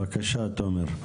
בקשה, תומר.